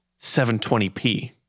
720p